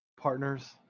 partners